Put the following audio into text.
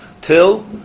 till